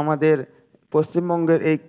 আমাদের পশ্চিমবঙ্গের এই